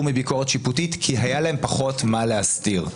מביקורת שיפוטית כי היה להם פחות מה להסתיר.